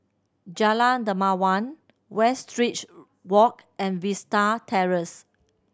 Jalan Dermawan Westridge Walk and Vista Terrace